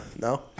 No